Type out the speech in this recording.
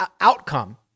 outcome